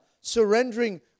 surrendering